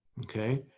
okay,